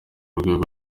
rwego